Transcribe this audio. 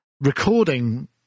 recording